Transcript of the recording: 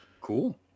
Cool